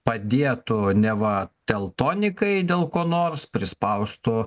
padėtų neva teltonikai dėl ko nors prispaustų